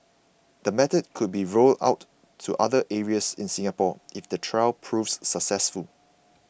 the method could be rolled out to other areas in Singapore if the trial proves successful